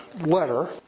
letter